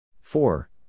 four